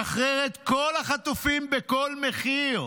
לשחרר את החטופים בכל מחיר,